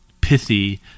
pithy